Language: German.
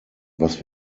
was